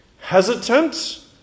hesitant